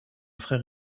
frère